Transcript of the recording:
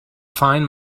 fine